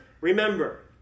remember